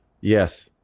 yes